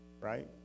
right